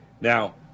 Now